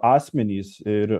asmenys ir